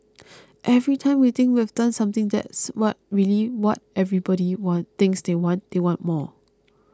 every time we think we've done something that's what really what everybody want thinks they want they want more